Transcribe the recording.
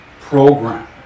program